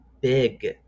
big